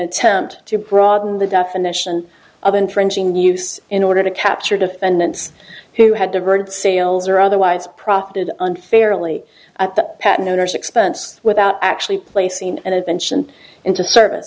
attempt to broaden the definition of infringing use in order to capture defendants who had diverted sales or otherwise profited unfairly at the patent owners expense without actually placing an invention into service